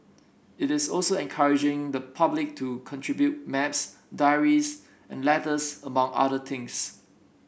it is also encouraging the public to contribute maps diaries and letters among other things